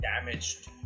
damaged